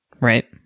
right